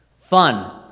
Fun